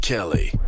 Kelly